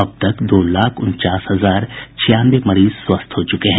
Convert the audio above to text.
अब तक दो लाख उनचास हजार छियानवे मरीज स्वस्थ हो चुके हैं